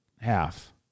half